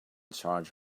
charge